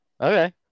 okay